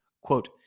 Quote